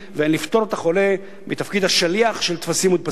ולפטור את החולה מתפקיד השליח של טפסים מודפסים.